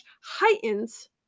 heightens